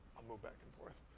i'll move back and forth.